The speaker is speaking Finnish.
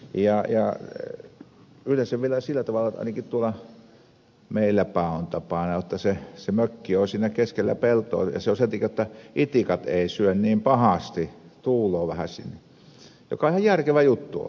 yleensä on vielä sillä tavalla ainakin tuolla meilläpäin on tapana jotta se mökki on siinä keskellä peltoa sen takia jotta itikat eivät syö niin pahasti tuulee vähän siinä mikä on ihan järkevä juttu ollut